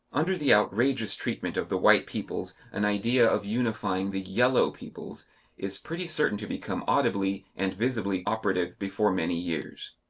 under the outrageous treatment of the white peoples an idea of unifying the yellow peoples is pretty certain to become audibly and visibly operative before many years.